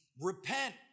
repent